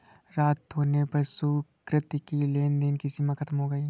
रात होने पर सुकृति की लेन देन की सीमा खत्म हो गई